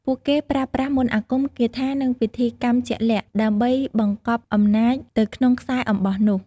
ពួកគេប្រើប្រាស់ មន្តអាគម គាថា និងពិធីកម្មជាក់លាក់ ដើម្បីបង្កប់អំណាចទៅក្នុងខ្សែអំបោះនោះ។